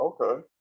Okay